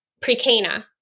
Precana